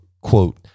quote